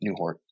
Newhart